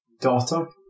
daughter